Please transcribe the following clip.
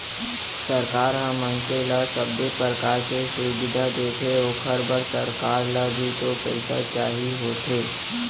सरकार ह मनसे ल सबे परकार के सुबिधा देथे ओखर बर सरकार ल भी तो पइसा चाही होथे